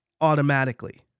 automatically